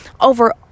over